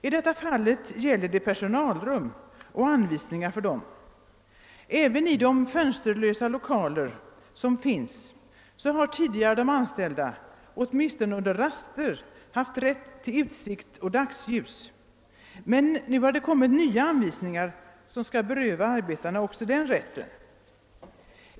I detta fall gällde det personalrum och anvisningar för dessa. Även i de fönsterlösa lokaler som finns har de anställda tidigare åtminstone under rasterna haft rätt till utsikt och dagsljus. Men nu har det kommit nya anvisningar, som skall beröva arbetarna också den rätten.